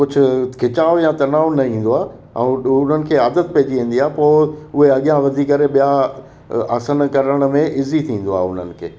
कुझु खिचाव या तनाव न ईंदो आहे ऐं उन्हनि खे आदति पेईजी वेंदी आहे पोइ उहे अॻियां वधी करे ॿिया आसन करण में ईज़ी थींदो आहे उन्हनि खे